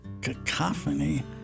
cacophony